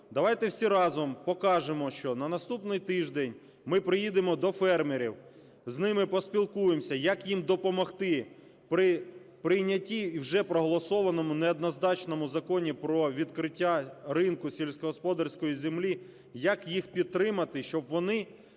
Давайте всі разом покажемо, що на наступний тиждень ми приїдемо до фермерів, з ними поспілкуємося, як їм допомогти при прийнятті і вже проголосованому неоднозначному Законі про відкриття ринку сільськогосподарської землі, як їх підтримати, щоб вони